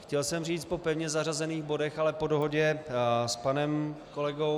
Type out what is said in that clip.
Chtěl jsem říct po pevně zařazených bodech, ale po dohodě s panem kolegou